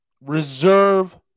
Reserve